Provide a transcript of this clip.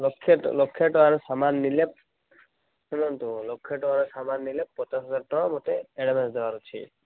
ଲକ୍ଷେ ଲକ୍ଷେ ଟଙ୍କାର ସାମାନ୍ ନେଲେ ଶୁଣନ୍ତୁ ଲକ୍ଷେ ଟଙ୍କାର ସାମାନ ନେଲେ ପଚାଶ ହଜାର ଟଙ୍କା ମୋତେ ଆଡ଼ଭାନ୍ସ ଦେବାର ଅଛି